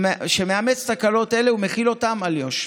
מאמץ תקנות אלה ומחיל אותן על יו"ש.